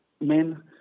men